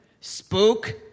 Spook